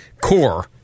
core